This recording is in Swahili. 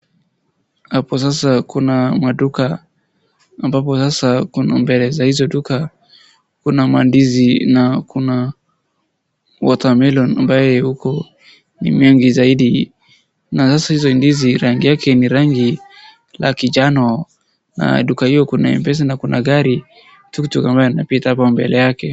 Hapo sasa kuna maduka ambapo sasa mbele za hizo duka kuna mandizi na kuna watermelon ambayo huku ni mingi zaidi na sasa hizo ndizi rangi yake ni rangi la kijano na duka hiyo kuna mpesa na kuna gari tuktuk ambayo inapita hapo mbele yake.